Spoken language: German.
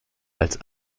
als